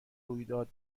رویداد